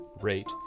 rate